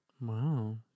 wow